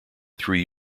through